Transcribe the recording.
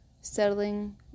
settling